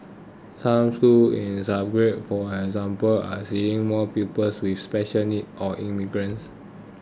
some schools in the suburbs for example are seeing more pupils with special needs or immigrants